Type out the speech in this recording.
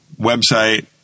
website